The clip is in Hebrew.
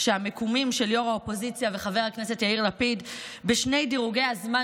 שהמיקומים של ראש האופוזיציה וחבר הכנסת יאיר לפיד בשני דירוגי הזמן